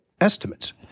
estimates